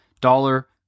dollar